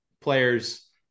players